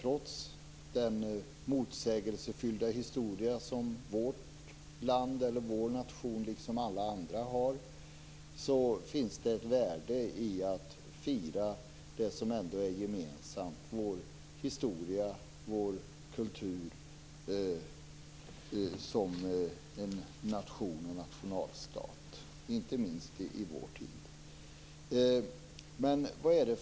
Trots den motsägelsefulla historia som vår nation och alla andra nationer har, finns det ett värde i att fira det som ändå är gemensamt, dvs. den historia och den kultur som vi som nation och nationalstat har. Detta gäller inte minst i vår tid.